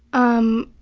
um,